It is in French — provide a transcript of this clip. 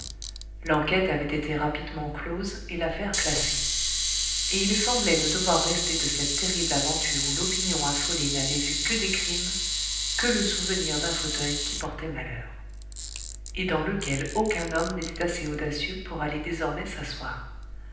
l'enquête avait été rapidement close et l'affaire classée et il semblait ne devoir rester de cette terrible aventure où l'opinion affolée n'avait vu que des crimes que le souvenir d'un fauteuil qui portait malheur et dans lequel aucun homme n'était assez audacieux pour aller désormais s'asseoir